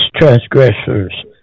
transgressors